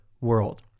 world